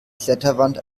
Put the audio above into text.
kletterwand